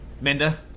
Minda